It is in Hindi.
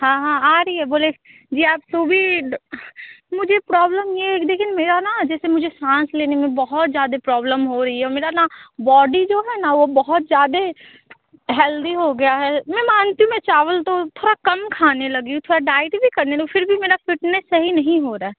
हाँ हाँ आ रही है बोले जी आप सुबीर मुझे प्रॉब्लम यह है देखिए ना मेरा न जैसे मुझे साँस लेने में बौहौत ज्यादे प्रॉब्लम हो री ए मेरा ना बॉडी जो है ना वो बौहौत ज्यादे हेल्दी हो गया है मैं मानती हू मैं चावल तो थोरा कम खाने लगी थोरा डाइट भी करने लगी फिर भी मेरा फिटनेस सही नहीं हो रहा